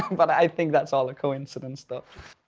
um but i think that's all a coincidence though.